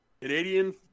Canadian